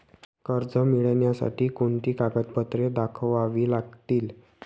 कर्ज मिळण्यासाठी कोणती कागदपत्रे दाखवावी लागतील?